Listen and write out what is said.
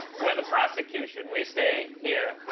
we're the prosecution we stay here.